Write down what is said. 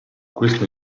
questo